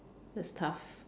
that's tough